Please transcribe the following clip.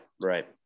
Right